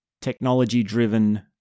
technology-driven